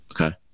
Okay